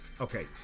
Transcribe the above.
Okay